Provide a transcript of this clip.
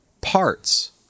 Parts